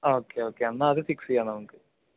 okay okay എന്നാൽ അത് fix ചെയ്യാം നമുക്ക്